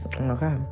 Okay